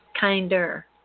kinder